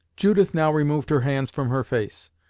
judith now removed her hands from her face,